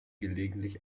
gelegentlich